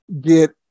Get